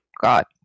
got